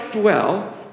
dwell